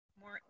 more